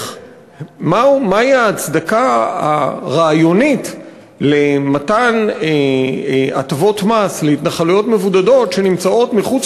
מהי ההצדקה הרעיונית למתן הטבות מס להתנחלויות מבודדות שנמצאות מחוץ